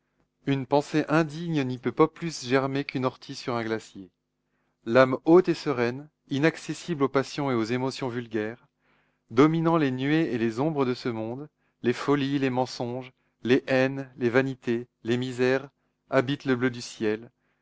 une pensée indigne n'y peut pas plus germer qu'une ortie sur un glacier l'âme haute et sereine inaccessible aux passions et aux émotions vulgaires dominant les nuées et les ombres de ce monde les folies les mensonges les haines les vanités les misères habite le bleu du ciel